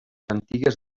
antigues